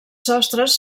sostres